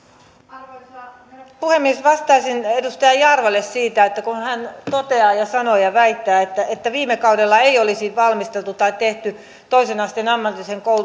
arvoisa herra puhemies vastaisin edustaja jarvalle siihen kun hän toteaa ja sanoo ja väittää että että viime kaudella ei olisi valmisteltu tai tehty toisen asteen ammatillisen